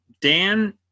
dan